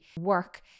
work